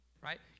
right